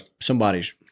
somebody's